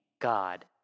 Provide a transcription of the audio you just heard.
God